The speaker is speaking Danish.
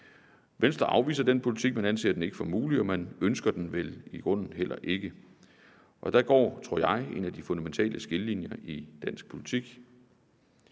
Venstre afviser den politik. Man anser den ikke for mulig, og man ønsker den vel i grunden heller ikke, og der går, tror jeg, en af de fundamentale skillelinjer i dansk politik.